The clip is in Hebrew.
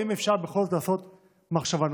האם אפשר בכל זאת לעשות מחשבה נוספת?